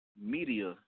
media